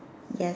yes